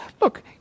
look